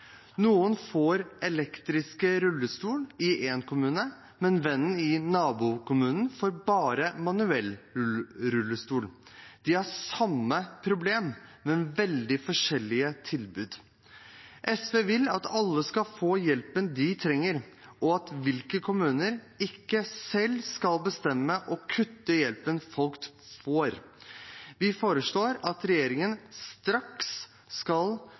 I én kommune får man elektrisk rullestol, mens vennen i nabokommunen bare får manuell rullestol. De har samme problem, men veldig forskjellige tilbud. SV vil at alle skal få hjelpen de trenger, og at ulike kommuner ikke selv skal bestemme å kutte i hjelpen folk får. Vi foreslår at regjeringen straks skal